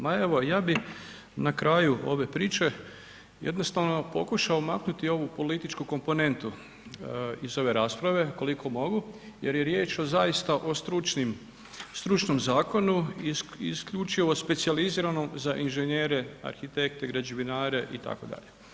Ma evo ja bih na kraju ove priče jednostavno pokušao maknuti ovu političku komponentu iz ove rasprave koliko mogu jer je riječ o zaista o stručnom zakonu isključivo specijaliziranom za inženjere, arhitekte, građevinare itd.